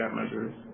measures